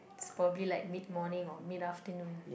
is probably like mid morning or mid afternoon